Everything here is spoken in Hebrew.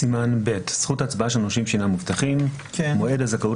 סימן ב': זכות הצבעה של נושים שאינם מובטחים 136י.מועד הזכאות